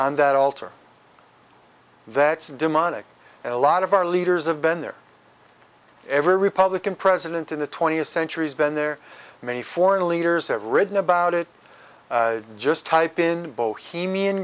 on that altar that says demonic and a lot of our leaders have been there every republican president in the twentieth century has been there many foreign leaders have written about it just type in bohemia